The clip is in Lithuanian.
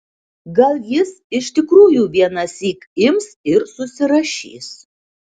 gal jis iš tikrųjų vienąsyk ims ir susirašys